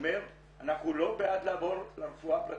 שאנחנו לא בעד לעבור לרפואה הפרטית.